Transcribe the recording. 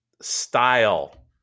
style